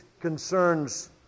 concerns